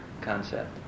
concept